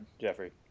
Jeffrey